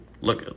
look